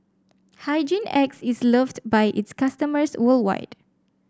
Hygin X is loved by its customers worldwide